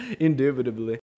indubitably